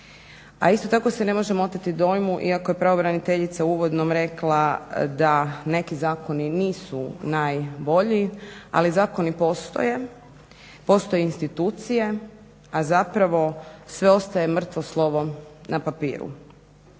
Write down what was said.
A isto tako se ne možemo oteti dojmu iako je pravobraniteljica u uvodnom rekla da neki zakoni nisu najbolji, ali zakoni postoje, postoje institucije, a zapravo sve ostaje mrtvo slovo na papiru.